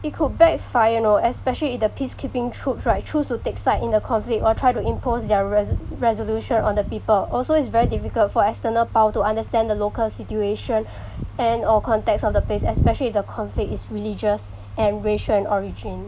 it could backfire you know especially if the peace keeping troops right choose to take side in the conflict or try to impose their reso~ resolution on the people also it's very difficult for external power to understand the local situation and or contacts of the place especially if the conflict is religious and racial in origin